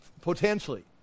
Potentially